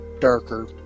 darker